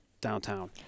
downtown